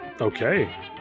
okay